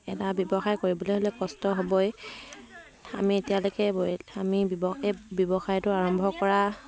এটা ব্যৱসায় কৰিবলৈ হ'লে কষ্ট হ'বই আমি এতিয়ালৈকে আমি ব্যৱসায় এই ব্যৱসায়টো আৰম্ভ কৰা